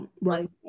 right